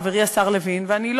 חברי השר לוין,